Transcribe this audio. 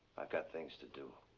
i've got things to do.